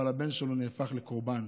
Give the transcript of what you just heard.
אבל הבן שלו הפך לקורבן,